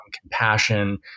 compassion